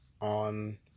on